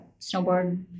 snowboard –